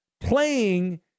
playing